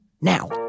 now